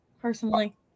personally